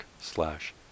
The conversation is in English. slash